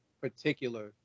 particular